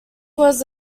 was